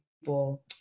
people